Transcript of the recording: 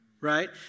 right